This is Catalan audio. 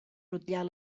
rutllar